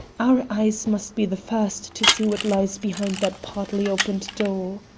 our eyes must be the first to see what lies behind that partly-opened door.